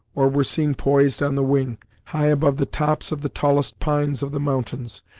or were seen poised on the wing, high above the tops of the tallest pines of the mountains,